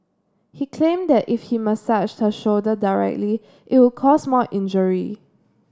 he claimed that if he massaged her shoulder directly it would cause more injury